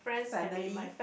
family